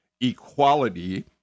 Equality